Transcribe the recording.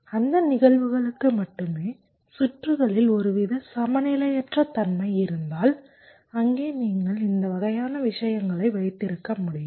அந்த நிகழ்வுகளுக்கு மட்டுமே சுற்றுகளில் ஒருவித சமநிலையற்ற தன்மை இருந்தால் அங்கே நீங்கள் இந்த வகையான விஷயங்களை வைத்திருக்க முடியும்